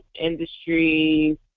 industries